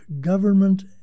government